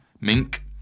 Mink